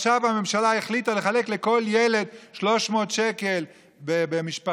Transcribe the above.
עכשיו הממשלה החליטה לחלק לכל ילד 300 שקל במשפחה,